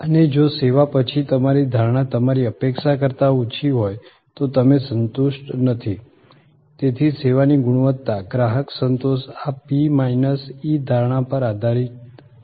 અને જો સેવા પછી તમારી ધારણા તમારી અપેક્ષા કરતાં ઓછી હોય તો તમે સંતુષ્ટ નથી તેથી સેવાની ગુણવત્તા ગ્રાહક સંતોષ આ P માઈનસ E ધારણા પર આધારિત છે